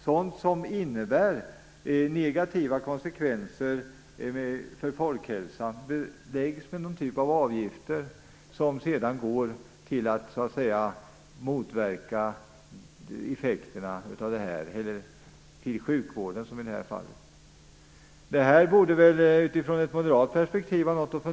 Sådant som innebär negativa konsekvenser för folkhälsan skulle kunna beläggas med någon typ av avgifter, som sedan används för att motverka effekterna av det, i detta fall till sjukvården. Det här borde vara någonting att fundera på från ett moderat perspektiv.